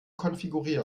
konfigurieren